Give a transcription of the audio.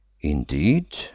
Indeed